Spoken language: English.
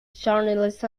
journalist